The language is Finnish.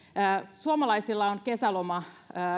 suomalaisilla on kesäloma